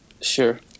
sure